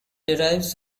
derives